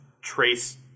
trace